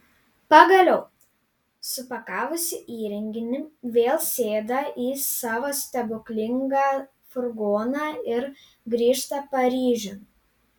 pagaliau supakavusi įrenginį vėl sėda į savo stebuklingą furgoną ir grįžta paryžiun